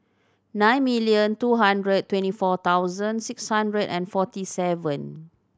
nine million two hundred twenty four thousand six hundred and forty seven